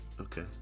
Okay